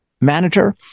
manager